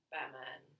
Batman